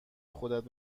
خودت